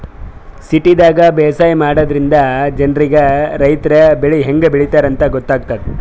ಸಿಟಿದಾಗ್ ಬೇಸಾಯ ಮಾಡದ್ರಿನ್ದ ಜನ್ರಿಗ್ ರೈತರ್ ಬೆಳಿ ಹೆಂಗ್ ಬೆಳಿತಾರ್ ಅಂತ್ ಗೊತ್ತಾಗ್ತದ್